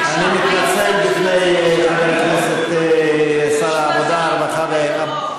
לסגן שר החינוך.